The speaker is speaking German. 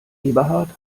eberhard